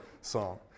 song